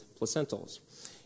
placentals